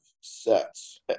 sets